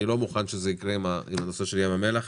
אני לא מוכן שזה יקרה עם הנושא של ים המלח,